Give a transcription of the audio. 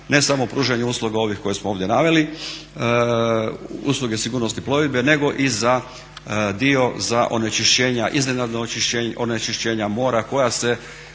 ne samo pružanje usluga ovih koje smo ovdje naveli, usluge sigurnosti plovidbe nego i za dio za onečišćenje, iznenadna onečišćenja mora koja se